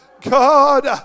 God